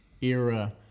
era